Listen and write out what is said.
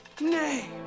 nay